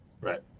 Right